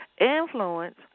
influence